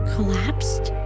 Collapsed